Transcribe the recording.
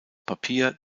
papier